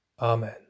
Amen